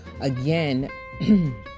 again